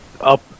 up